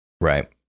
Right